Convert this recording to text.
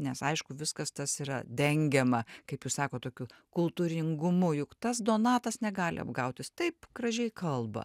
nes aišku viskas tas yra dengiama kaip jūs sakot tokiu kultūringumu juk tas donatas negali apgauti jis taip gražiai kalba